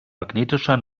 magnetischer